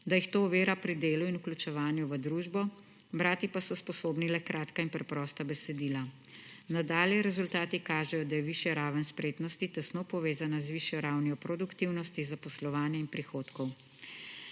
da jih to ovira pri delu in vključevanju v družbo, brati pa so sposobni le kratka in preprosta besedila. Nadalje rezultati kažejo, da je višja raven spretnosti tesno povezana z višjo ravnjo produktivnosti zaposlovanja in prihodkov.